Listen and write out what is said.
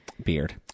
Beard